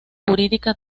jurídica